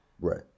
Right